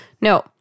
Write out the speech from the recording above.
No